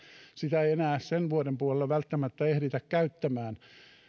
sitä ei enää sen vuoden puolella välttämättä ehditä käyttämään